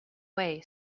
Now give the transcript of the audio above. way